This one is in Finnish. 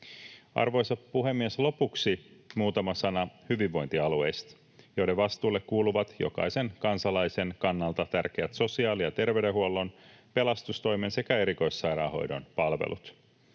Arvoisa puhemies! Lopuksi muutama sana hyvinvointialueista, joiden vastuulle kuuluvat jokaisen kansalaisen kannalta tärkeät sosiaali- ja terveydenhuollon, pelastustoimen sekä erikoissairaanhoidon palvelut,